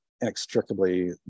inextricably